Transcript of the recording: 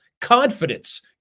confidence